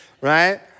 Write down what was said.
right